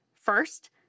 First